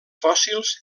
fòssils